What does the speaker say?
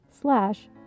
slash